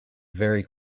very